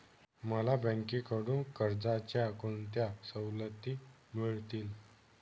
मला बँकेकडून कर्जाच्या कोणत्या सवलती मिळतील?